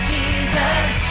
Jesus